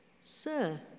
Sir